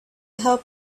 help